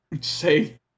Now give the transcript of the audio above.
Say